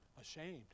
Ashamed